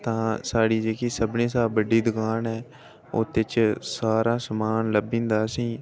तां साढ़ी जेह्की सभनें शा बड्डी दकान ऐ ओह्दे च सारा समान लब्भी जंदा असें ई